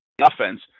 offense